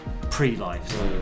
pre-life